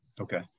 Okay